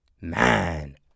Man